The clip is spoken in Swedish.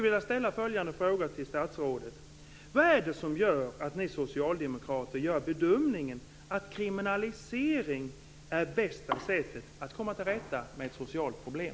Vad är det som gör att ni socialdemokrater gör bedömningen att kriminalisering är bästa sättet att komma till rätta med ett socialt problem?